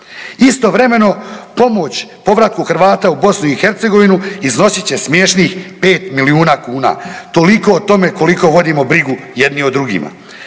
Istovremeno pomoć povratku Hrvata u BiH iznosit će smiješnih 5 milijuna kuna. Toliko o tome koliko vodimo brigu jedni o drugima.